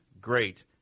great